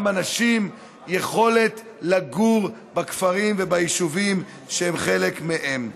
אנשים יכולת לגור בכפרים וביישובים שהם חלק מהם.